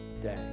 day